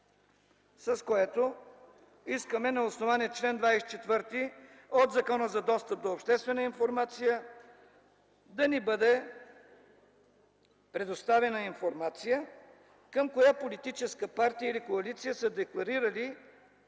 с което искаме, на основание чл. 24 от Закона за достъп до обществена информация, да ни бъде предоставена информация към коя политическа партия или коалиция са декларирали